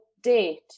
date